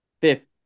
Fifth